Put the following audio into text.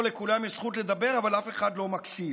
לכולם יש זכות לדבר אבל אף אחד לא מקשיב.